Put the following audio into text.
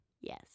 Yes